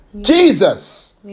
Jesus